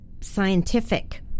scientific